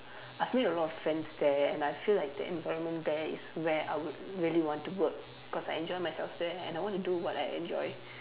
I've made a lot of friends there and I feel like the environment there is where I would really want to work cause I enjoy myself there and I want to do what I enjoy